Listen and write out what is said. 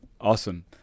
awesome